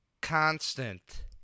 constant